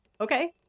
okay